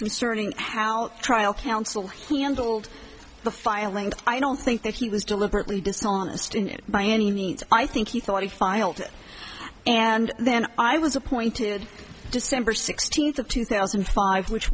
concerning how trial counsel he handled the filing i don't think that he was deliberately dishonest in by any means i think he thought he filed and then i was appointed december sixteenth of two thousand and five which